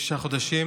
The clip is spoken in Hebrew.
שישה חודשים,